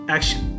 Action